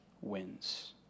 wins